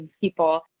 people